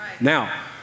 Now